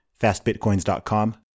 FastBitcoins.com